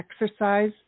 exercise